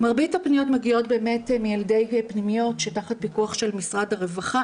מרבית הפניות מגיעות באמת מילדי פנימיות שתחת פיקוח משרד הרווחה,